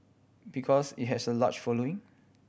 because it has a large following